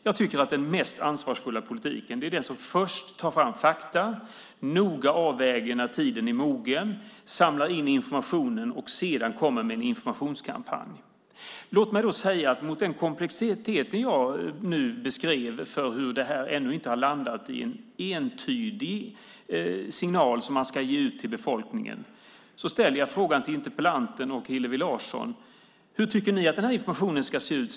Jag tycker att den mest ansvarsfulla politiken är den politik som först tar fram fakta och noga avväger när tiden är mogen, som samlar in information och sedan kommer med en informationskampanj. Mot bakgrund av de komplexiteter jag beskrev om hur det här ännu inte har landat i en entydig signal till befolkningen vill jag ställa frågan till interpellanten och Hillevi Larsson: Hur tycker ni att informationen ska se ut?